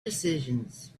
decisions